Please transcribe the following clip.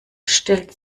stellt